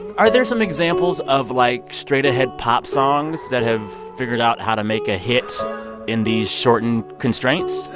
are there some examples of, like, straight-ahead pop songs that have figured out how to make a hit in these shortened constraints?